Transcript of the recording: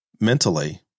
mentally